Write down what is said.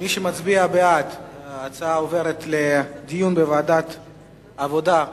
מי שמצביע בעד, ההצעה עוברת לדיון בוועדת העבודה,